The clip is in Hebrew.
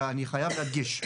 ואני חייב להדגיש,